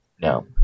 no